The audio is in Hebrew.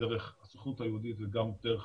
דרך הסוכנות היהודית וגם דרך